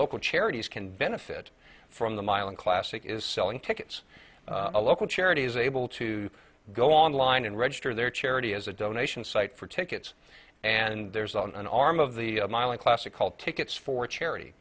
local charities can benefit from the mylan classic is selling tickets a local charity is able to go online and register their charity is a donation site for tickets and there's an arm of the mylan classic called tickets for charity